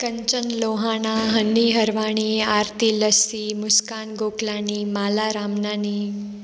Kanchan Lohana Honey Harwani Aarti Lassi Muskan Gokalani Mala Ramnani